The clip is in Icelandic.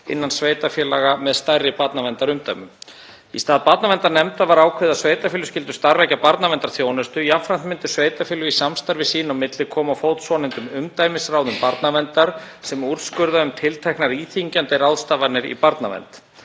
innan sveitarfélaga með stærri barnaverndarumdæmum. Í stað barnaverndarnefnda var ákveðið að sveitarfélög skyldu starfrækja barnaverndarþjónustu. Jafnframt myndu sveitarfélög í samstarfi sín á milli koma á fót svonefndum umdæmisráðum barnaverndar sem úrskurða um tilteknar íþyngjandi ráðstafanir í barnavernd.